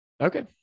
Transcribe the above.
Okay